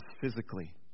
physically